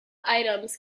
items